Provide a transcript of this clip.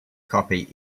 copy